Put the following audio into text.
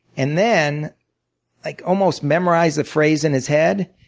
and then like almost memorize the phrase in his head,